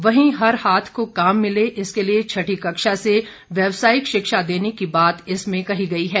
वहीं हर हाथ को काम मिले इसके लिए छठी कक्षा से व्यावसायिक शिक्षा देने की बात इसमें कही गई है